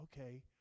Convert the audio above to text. okay